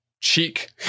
cheek